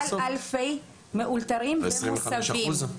מאולתרים ומוסבים.